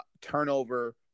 Turnover